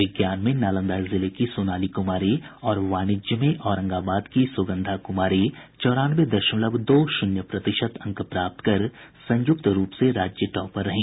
विज्ञान में नालंदा जिले की सोनाली कुमारी और वाणिज्य में औरंगाबाद की सुगंधा कुमारी चौरानवे दशमलव दो शुन्य प्रतिशत अंक प्राप्त कर संयुक्त रूप से राज्य टॉपर रहीं